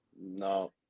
No